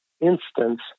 instance